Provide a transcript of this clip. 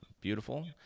beautiful